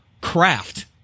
craft